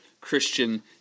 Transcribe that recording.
Christian